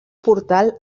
portal